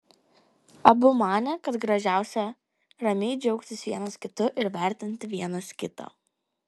abu manė kad gražiausia ramiai džiaugtis vienas kitu ir vertinti vienas kitą